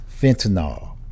fentanyl